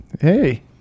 Hey